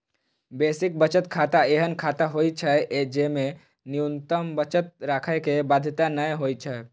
basic बचत खाता एहन खाता होइ छै, जेमे न्यूनतम बचत राखै के बाध्यता नै होइ छै